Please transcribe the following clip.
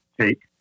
take